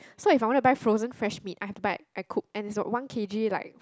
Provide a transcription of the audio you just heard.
so if I want to buy frozen fresh meats I have to buy I cook and it also one K_G like